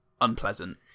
unpleasant